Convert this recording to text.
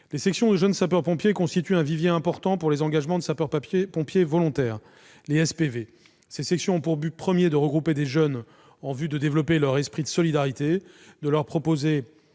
Les sections de jeunes sapeurs-pompiers constituent un vivier important pour les engagements de sapeurs-pompiers volontaires, les SPV. Elles ont pour but premier de regrouper des jeunes en vue de développer leur esprit de solidarité, de leur proposer